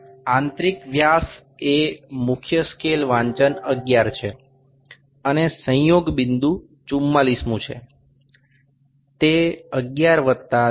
તેથી આંતરિક વ્યાસ એ મુખ્ય સ્કેલ વાંચન 11 છે અને સંયોગ બિંદુ 44મું છે તે 11 વત્તા 0